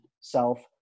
self